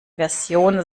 version